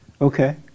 Okay